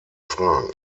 fragen